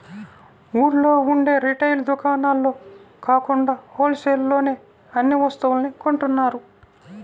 ఊళ్ళో ఉండే రిటైల్ దుకాణాల్లో కాకుండా హోల్ సేల్ లోనే అన్ని వస్తువుల్ని కొంటున్నారు